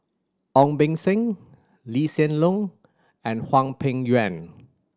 Ong Beng Seng Lee Hsien Loong and Hwang Peng Yuan